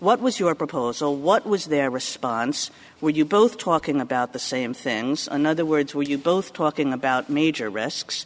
what was your proposal what was their response would you both talking about the same things in other words would you both talking about major risks